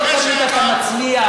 שלא תמיד אתה מצליח.